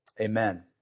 Amen